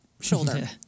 shoulder